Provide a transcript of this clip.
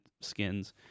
skins